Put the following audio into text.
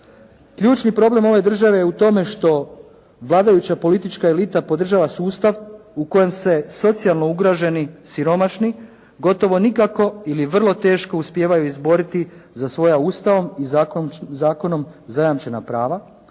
Ključni problem ove države je u tome što vladajuća politička elita podržava sustav u kojem se socijalno ugroženi, siromašni gotovo nikako ili vrlo teško uspijevaju izboriti za svoja Ustavom i zakonom zajamčena prava